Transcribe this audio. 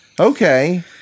Okay